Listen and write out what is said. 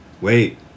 Wait